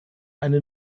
eine